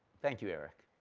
thank you, eric.